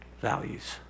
values